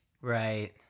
Right